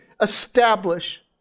establish